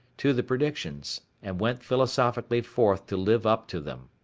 to the predictions, and went philosophically forth to live up to them.